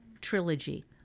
Trilogy